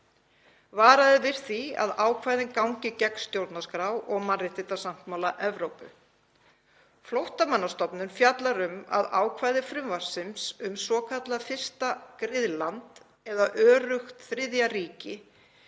Varað er við því að ákvæðið gangi gegn stjórnarskrá og mannréttindasáttmála Evrópu. Flóttamannastofnun fjallar um að ákvæði frumvarpsins, um svokallað fyrsta griðland eða öruggt þriðja ríki,